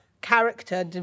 character